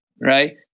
Right